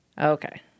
Okay